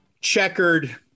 checkered